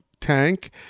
tank